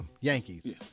Yankees